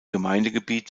gemeindegebiet